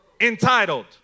entitled